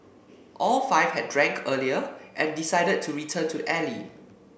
all five had drank earlier and decided to return to the alley